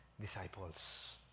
disciples